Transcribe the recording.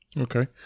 Okay